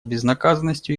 безнаказанностью